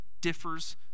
differs